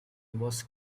was